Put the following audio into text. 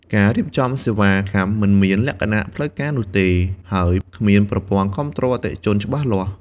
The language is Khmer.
ការរៀបចំសេវាកម្មមិនមានលក្ខណៈផ្លូវការនោះទេ ហើយគ្មានប្រព័ន្ធគាំទ្រអតិថិជនច្បាស់លាស់។